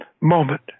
moment